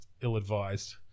ill-advised